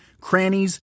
crannies